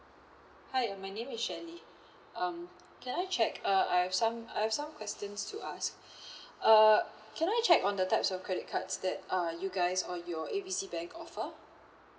hi uh my name is shirley um can I check uh I have some I have some question to ask uh can I check on the types of credit cards that uh you guys or our A B C bank offer